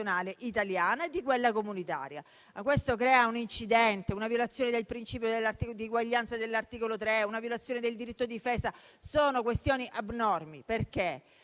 italiana e di quella comunitaria. Questo crea un incidente e una violazione del principio di uguaglianza di cui all'articolo 3 della Costituzione e del diritto di difesa. Sono questioni abnormi, per